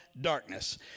darkness